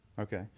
Okay